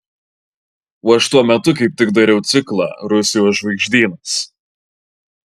o aš tuo metu kaip tik dariau ciklą rusijos žvaigždynas